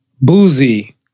Boozy